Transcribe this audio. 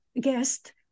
guest